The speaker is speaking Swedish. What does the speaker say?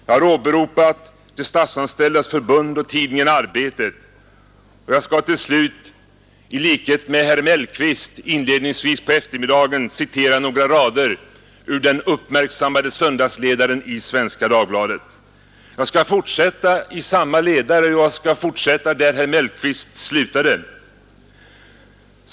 Jag har åberopat Statsanställdas förbund och tidningen Arbetet, och jag skall till slut i likhet med vad herr Mellqvist gjorde inledningsvis på eftermiddagen citera några rader ur den uppmärksammade söndagsledaren i Svenska Dagbladet. Jag skall citera ur samma ledare, och jag fortsätter där herr Mellqvist slutade.